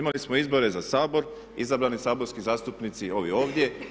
Imali smo izbore za Sabor, izabrani saborski zastupnici ovi ovdje.